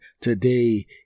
Today